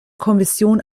kommission